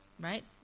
right